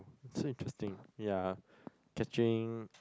so interesting yea catching